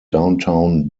downtown